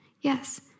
Yes